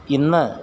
ഇന്ന്